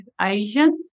Asian